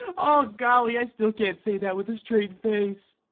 ah golly, i still can't say that with a straight face